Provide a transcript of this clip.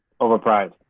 Overpriced